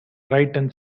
brighton